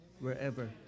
wherever